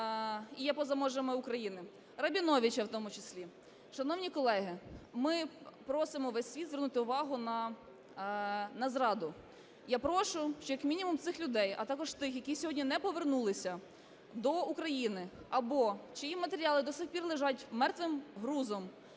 і є поза межами України. Рабіновича в тому числі. Шановні колеги, ми просимо весь світ звернути увагу на зраду. Я прошу, що як мінімум цих людей, а також тих, які сьогодні не повернулися до України або чиї матеріали до сих пір лежать мертвим грузом